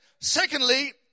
Secondly